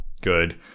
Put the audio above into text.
good